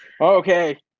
Okay